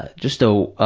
ah just so a,